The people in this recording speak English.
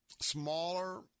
smaller